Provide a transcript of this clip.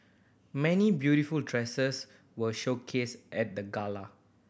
many beautiful dresses were showcased at the gala